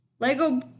Lego